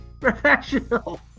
Professional